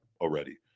already